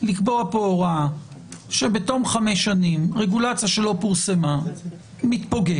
לקבוע פה הוראה שבתום חמש שנים רגולציה שלא פורסמה מתפוגגת,